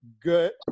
good